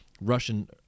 Russian